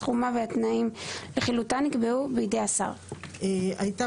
סכומה והתנאים לחילוטה נקבעו בידי השר"; הייתה